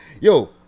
Yo